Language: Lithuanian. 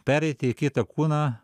pereiti į kitą kūną